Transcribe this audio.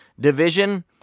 division